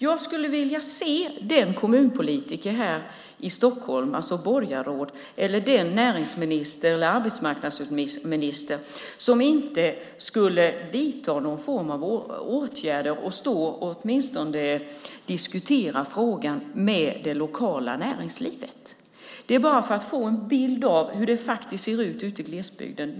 Jag skulle vilja se det borgarråd i Stockholm, den näringsminister eller den arbetsmarknadsminister som då inte skulle vidta någon form av åtgärder och åtminstone diskutera frågan med det lokala näringslivet. Detta sagt bara för att ge en bild av hur det faktiskt ser ut i glesbygden.